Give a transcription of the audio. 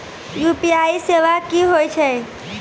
UPI सेवा की होय छै?